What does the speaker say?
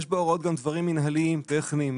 יש בהוראות גם דברים מנהליים טכניים,